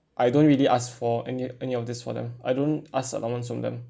I don't really ask for any any of this for them I don't ask allowance from them